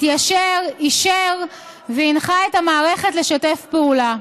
התיישר, אישר והנחה את המערכת לשתף פעולה,